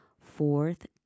Fourth